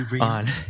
on